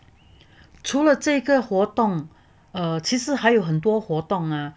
除了这个活动 err 其实还有很多活动啊